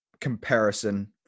comparison